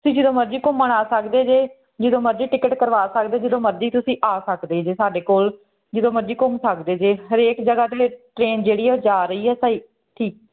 ਤੁਸੀਂ ਜਦੋਂ ਮਰਜ਼ੀ ਘੁੰਮਣ ਆ ਸਕਦੇ ਜੇ ਜਦੋਂ ਮਰਜੀ ਟਿਕਟ ਕਰਵਾ ਸਕਦੇ ਜਦੋਂ ਮਰਜ਼ੀ ਤੁਸੀਂ ਆ ਸਕਦੇ ਜੇ ਸਾਡੇ ਕੋਲ ਜਦੋਂ ਮਰਜ਼ੀ ਘੁੰਮ ਸਕਦੇ ਜੇ ਹਰੇਕ ਜਗ੍ਹਾ 'ਤੇ ਟਰੇਨ ਜਿਹੜੀ ਉਹ ਜਾ ਰਹੀ ਹੈ ਸਹੀ ਠੀਕ